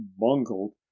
bungled